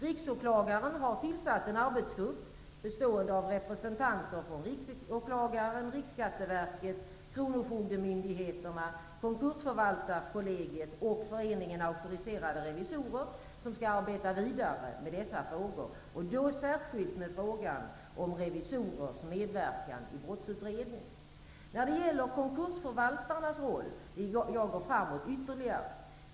Riksåklagaren har tillsatt en arbetsgrupp bestående av representanter från Riksåklagaren, Auktoriserade Revisorer som skall arbeta vidare med dessa frågor, och då särskilt med frågan om revisorers medverkan i brottsutredning. När det gäller konkursförvaltarnas roll vill jag gå framåt ytterligare.